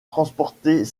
transporter